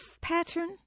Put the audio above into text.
pattern